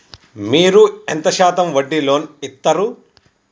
మీరు ఎంత శాతం వడ్డీ లోన్ ఇత్తరు?